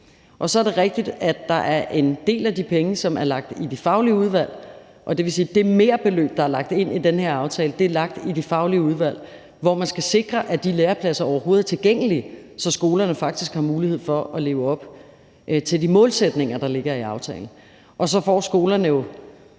at i det fremtidige arbejde er der samlet set lagt mere kul på kedlerne. Og så er det rigtigt, at det merbeløb, der er lagt ind i den her aftale, er lagt i de faglige udvalg, hvor man skal sikre, at de lærepladser overhovedet er tilgængelige, så skolerne faktisk har mulighed for at leve op til de målsætninger, der ligger i aftalen. Og så får skolerne jo